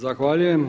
Zahvaljujem.